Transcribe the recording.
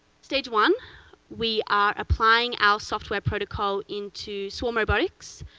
stage one we are applying our software protocol into swarm robotics,